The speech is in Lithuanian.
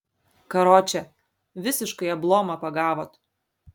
karoče visiškai ablomą pagavot